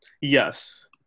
yes